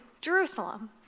Jerusalem